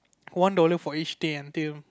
one dollar for each day until